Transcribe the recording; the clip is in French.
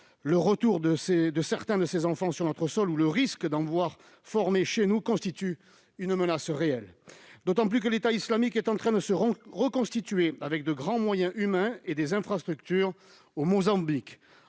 Le retour de certains de ces enfants sur notre sol ou le risque d'en voir formés chez nous constitue une menace réelle. C'est d'autant plus vrai que l'État islamique est en train de se reconstituer, avec de grands moyens humains et des infrastructures, au Mozambique.